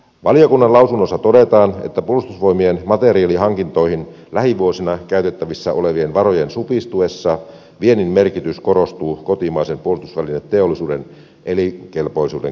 valiokunnan lausunnossa todetaan että puolustusvoimien materiaalihankintoihin lähivuosina käytettävissä olevien varojen supistuessa viennin merkitys korostuu kotimaisen puolustusvälineteollisuuden elinkelpoisuuden kannalta